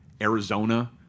Arizona